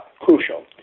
crucial